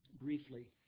briefly